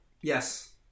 yes